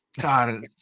God